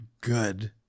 good